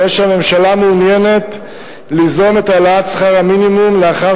הרי שהממשלה מעוניינת ליזום את העלאת שכר המינימום לאחר